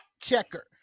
checker